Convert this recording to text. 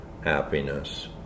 happiness